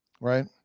right